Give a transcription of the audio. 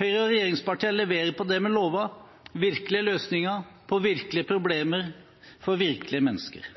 Høyre og regjeringspartiene leverer på det vi lovet – virkelige løsninger på virkelige problemer for virkelige mennesker.